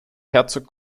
herzog